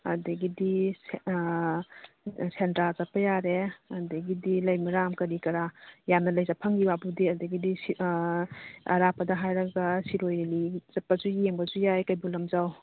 ꯑꯗꯒꯤꯗꯤ ꯁꯦꯟꯗ꯭ꯔꯥ ꯆꯠꯄ ꯌꯥꯔꯦ ꯑꯗꯒꯤꯗꯤ ꯂꯩꯃꯔꯥꯝ ꯀꯔꯤ ꯀꯔꯥ ꯌꯥꯝꯅ ꯂꯩ ꯆꯠꯐꯝꯒꯤ ꯋꯥꯕꯨꯗꯤ ꯑꯗꯒꯤꯗꯤ ꯑꯔꯥꯞꯄꯗ ꯍꯥꯏꯔꯒ ꯁꯤꯔꯣꯏ ꯂꯤꯂꯤ ꯆꯠꯄꯁꯨ ꯌꯦꯡꯕꯁꯨ ꯌꯥꯏ ꯀꯩꯕꯨꯜ ꯂꯝꯖꯥꯎ